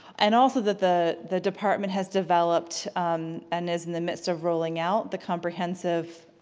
and also that the the department has developed and is in the midst of rolling out the comprehensive